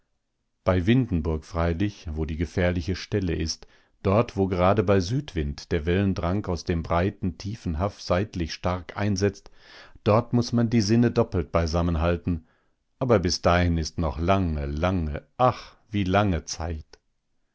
bei windenburg freilich wo die gefährliche stelle ist dort wo gerade bei südwind der wellendrang aus dem breiten tiefen haff seitlich stark einsetzt dort muß man die sinne doppelt beisammen halten aber bis dahin ist noch lange lange ach wie lange zeit